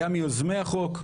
היה מיוזמי החוק,